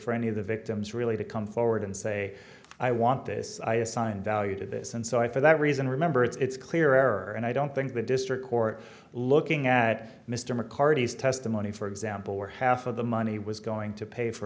for any of the victims really to come forward and say i want this i assign value to this and so i for that reason remember it's clearer and i don't think the district court looking at mr mccarty's testimony for example where half of the money was going to pay for